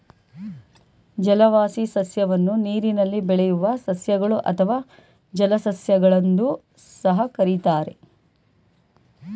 ಜಲವಾಸಿ ಸಸ್ಯವನ್ನು ನೀರಿನಲ್ಲಿ ಬೆಳೆಯುವ ಸಸ್ಯಗಳು ಅಥವಾ ಜಲಸಸ್ಯ ಗಳೆಂದೂ ಸಹ ಕರಿತಾರೆ